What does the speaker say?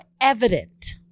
evident